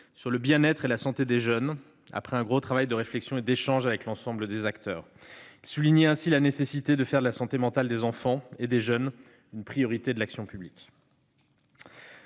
sur le bien-être et la santé des jeunes après un important travail de réflexion et d'échanges avec l'ensemble des acteurs. Ils soulignaient ainsi la nécessité de faire de la santé mentale des enfants et des jeunes une priorité de l'action publique.